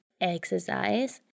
exercise